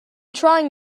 trying